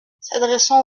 s’adressant